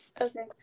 Okay